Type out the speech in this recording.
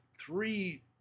three